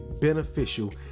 beneficial